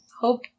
hope